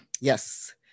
Yes